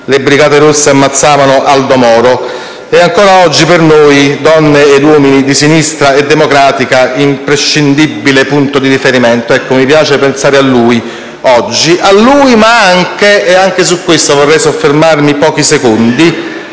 le Brigate rosse ammazzavano Aldo Moro, e ancora oggi per noi, donne e uomini della sinistra democratica, imprescindibile punto di riferimento. Mi piace pensare a lui oggi, a lui ma anche - mi vorrei soffermare pochi secondi